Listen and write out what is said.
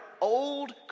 old